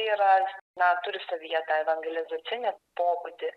yra na turi savyje tą evangelizacinį pobūdį